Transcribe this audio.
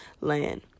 land